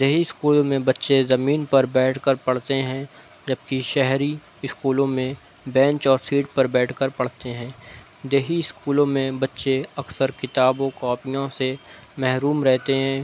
دیہی اسکولوں میں بچے زمین پر بیٹھ کر پڑھتے ہیں جبکہ شہری اسکولوں میں بینچ اور سیٹ پر بیٹھ کر پڑھتے ہیں دیہی اسکولوں میں بچے اکثر کتابوں اور کاپیوں سے محروم رہتے ہیں